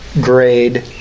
grade